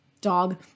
dog